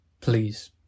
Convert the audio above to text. please